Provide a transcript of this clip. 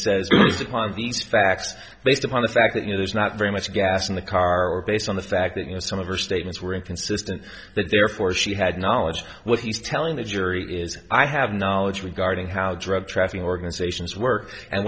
upon these facts based upon the fact that you know there's not very much gas in the car based on the fact that you know some of her statements were inconsistent that therefore she had knowledge of what he's telling the jury is i have knowledge regarding how drug trafficking organizations